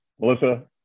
Melissa